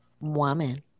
woman